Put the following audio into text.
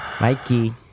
Mikey